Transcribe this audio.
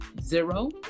zero